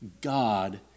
God